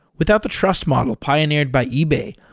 without the trust model pioneered by ebay,